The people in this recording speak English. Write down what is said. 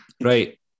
right